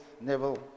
neville